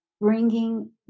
bringing